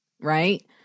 right